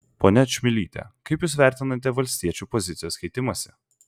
ponia čmilyte kaip jūs vertinate valstiečių pozicijos keitimąsi